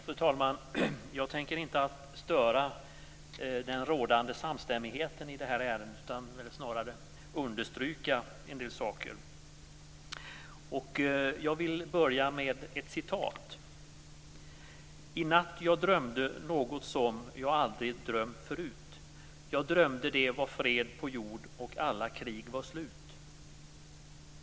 Fru talman! Jag tänker inte störa den rådande samstämmigheten i det här ärendet utan snarare understryka en del saker. Jag vill börja med ett citat: I natt jag drömde något som Jag aldrig drömt förut Jag drömde det var fred på jord Och alla krig var slut.